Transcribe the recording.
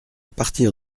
partir